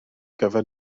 gyfer